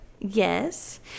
Yes